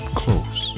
close